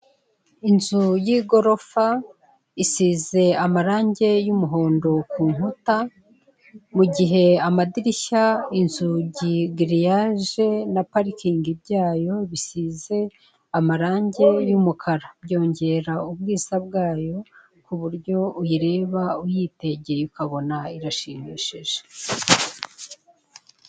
Inzu y'igorofa isize amarange y'umuhondo ku nkuta, mu gihe amadirishya inzugi, giriyaje na parikingi bya yo bisize amarangi y'umukara, byongera ubwiza bwayo ku buryo uyireba uyitegeye ukabona irashimishije.